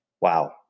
Wow